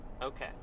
okay